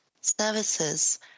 services